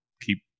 keep